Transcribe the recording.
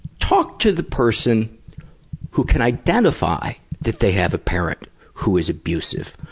talk to the person who can identify that they have a parent who is abusive,